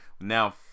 Now